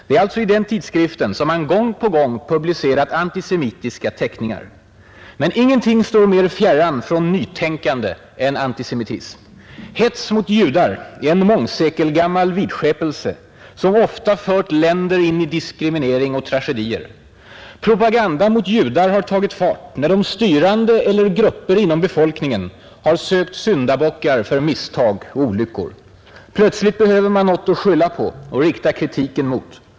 Det är alltså i den tidskriften som man gång på gång publicerat antisemitiska teckningar. Men ingenting står mera fjärran från ”nytänkande” än antisemitism. Hets mot judar är en mångsekelgammal vidskepelse, som ofta fört länder in i diskriminering och tragedier. Propaganda mot judar har tagit fart när de styrande, eller grupper inom befolkningen, sökt syndabockar för misstag och olyckor. Plötsligt behöver man något att skylla på och att rikta kritiken mot.